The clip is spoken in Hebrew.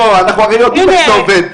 בואו, אנחנו הרי יודעים איך זה עובד.